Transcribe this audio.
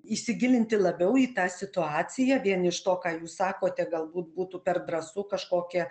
įsigilinti labiau į tą situaciją vien iš to ką jūs sakote galbūt būtų per drąsu kažkokią